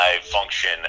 function